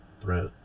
threat